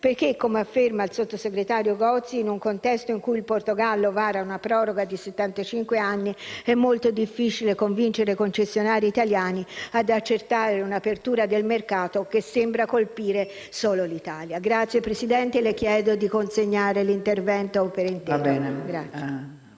Perché, come afferma il sottosegretario Gozi, in un contesto in cui il Portogallo vara una proroga di settantacinque anni è molto difficile convincere i concessionari italiani ad accettare un'apertura del mercato che sembra colpire solo l'Italia. Signora Presidente, le chiedo di poter allegare il testo